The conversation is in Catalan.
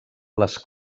les